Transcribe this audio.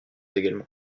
également